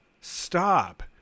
Stop